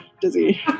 dizzy